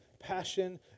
passion